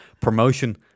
promotion